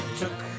took